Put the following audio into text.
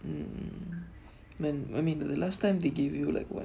mm then maybe the last time they give you like [what]